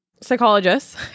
psychologist